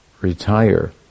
retire